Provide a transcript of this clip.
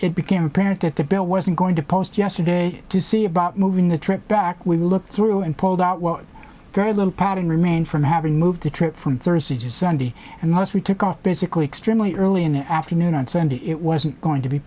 it became apparent that the bill wasn't going to post yesterday to see about moving the trip back we looked through and pulled out what very little padding remained from having moved the trip from thursday to sunday and thus we took off basically extremely early in the afternoon on sunday it wasn't going to be